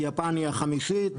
יפן היא החמישית,